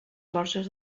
borges